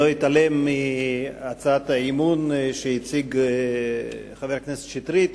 לא אתעלם מהצעת האי-אמון שהציג חבר הכנסת שטרית,